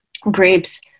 grapes